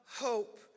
hope